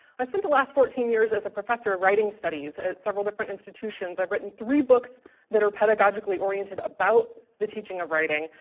i spent the last fourteen years as a professor of writing studies at several different institutions. i've written three books that are pedagogically oriented about the teaching of writing,